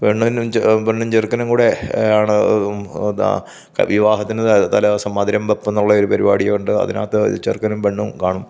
പെണ്ണിനും പെണ്ണും ചെറുക്കനും കൂടെ ആണ് എന്താ വിവാഹത്തിൻ്റെ തലേ ദിവസം മധുരം വെപ്പെന്നുള്ള ഒരു പരിപാടിയുണ്ട് അതിനകത്ത് ചെറുക്കനും പെണ്ണും കാണും